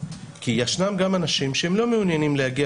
כי ישנם גם אנשים שהם לא מעוניינים להגיע